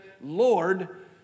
Lord